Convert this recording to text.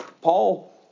Paul